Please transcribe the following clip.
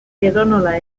edonola